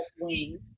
wing